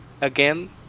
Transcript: again